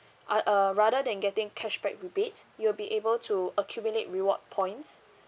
are uh rather than getting cashback rebate you'll be able to accumulate reward points